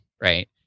right